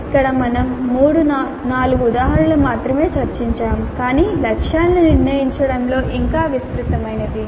ఇక్కడ మేము మూడు నాలుగు ఉదాహరణలు మాత్రమే చర్చిస్తాము కాని లక్ష్యాలను నిర్ణయించడంలో ఇంకా విస్తృతమైనది